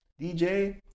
DJ